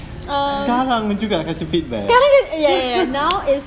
mm sekarang juga ya ya ya now is